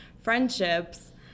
friendships